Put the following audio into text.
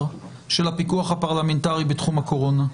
של הפיקוח הפרלמנטרי בתחום הקורונה,